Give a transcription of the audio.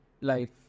life